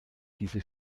diese